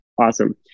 awesome